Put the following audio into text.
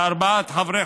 לארבעת חברי